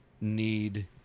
need